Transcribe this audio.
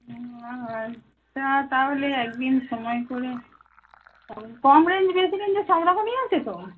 ও আ আচ্ছা তাহলে একদিন সময় করে যাব কম রেঞ্জ বেশি রেঞ্জের সব রকমই আছে তো